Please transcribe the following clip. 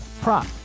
prop